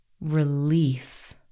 relief